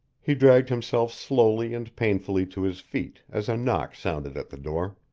he dragged himself slowly and painfully to his feet as a knock sounded at the door.